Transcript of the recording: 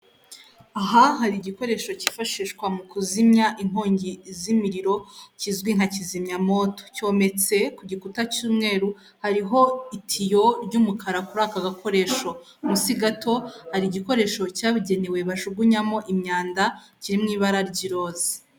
Aha hari igikoresho kifashishwa mu kuzimya inkongi z'imuriro kizwi nka kizimyamoto cyometse ku gikuta cy'umweru hariho itiyo ry'umukara kuri aka gakeresho, munsi gato hari igikoresho cyabugenewe bajugunyamo imyanda cyabugenewe kiri mu ibara ry'iroza.